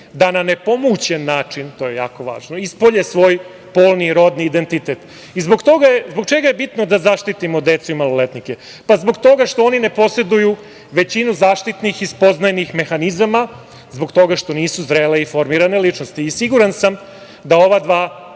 da na nepomućen način, to je jako važno, ispolje svoj polni rodni identitet. Zbog čega je bitno da zaštitimo decu i maloletnike? Zbog toga što oni ne poseduju većinu zaštitnih i spoznajnih mehanizama, zbog toga što nisu zrele i formirane ličnosti. Siguran sam da ova dva